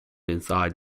inside